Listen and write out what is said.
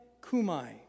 kumai